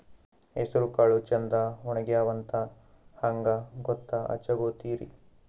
ಹೆಸರಕಾಳು ಛಂದ ಒಣಗ್ಯಾವಂತ ಹಂಗ ಗೂತ್ತ ಹಚಗೊತಿರಿ?